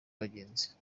abagenzi